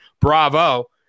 Bravo